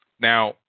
Now